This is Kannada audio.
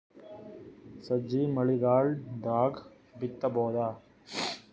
ಸಜ್ಜಿ ಮಳಿಗಾಲ್ ದಾಗ್ ಬಿತಬೋದ?